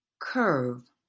curve